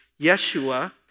Yeshua